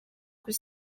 kuri